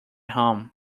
home